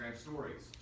stories